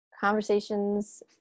conversations